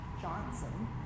Johnson